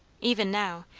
even now,